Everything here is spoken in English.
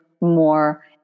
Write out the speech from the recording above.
more